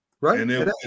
Right